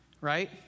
Right